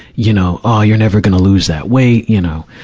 you know, oh, you're never gonna lose that weight. you know,